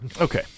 okay